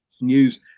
news